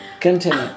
Continue